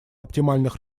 оптимальных